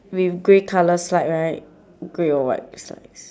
with grey colour slide right grey or white slides